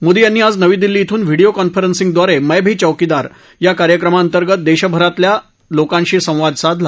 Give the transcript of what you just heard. मोदी यांनी आज नवी दिल्ली ब्रून व्हिडीओ कॉन्फरसिंगद्वारे मध्री चौकीदार कार्यक्रमांतर्गत देशभरातल्या लोकांशी संवाद साधला